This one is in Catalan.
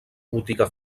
botiga